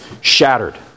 shattered